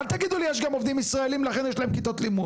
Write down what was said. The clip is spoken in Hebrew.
אל תגידו לי יש גם עובדים ישראלים לכן יש להם כיתות לימוד.